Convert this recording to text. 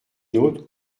nôtres